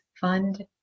fund